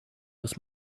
with